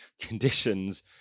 conditions